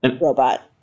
Robot